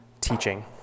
teaching